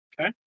Okay